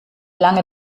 lange